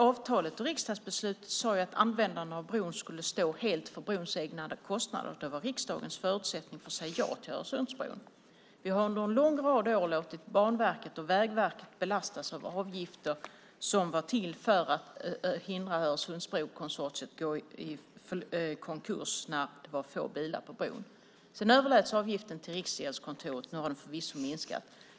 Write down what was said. Avtalet och riksdagsbeslutet sade att användarna av bron helt skulle stå för brons kostnader. Det var riksdagens förutsättning för att säga ja till Öresundsbron. Vi har under en lång rad år låtit Banverket och Vägverket belastas av avgifter som var till för att förhindra att Öresundsbrokonsortiet gick i konkurs när det var få bilar på bron. Sedan överläts avgiften till Riksgäldskontoret, och nu har den förvisso minskat.